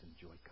enjoy